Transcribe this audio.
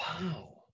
wow